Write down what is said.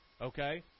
Okay